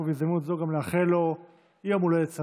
ובהזדמנות זו גם נאחל לו יום הולדת שמח,